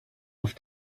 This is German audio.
auf